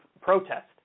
protest